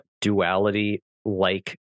duality-like